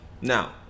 Now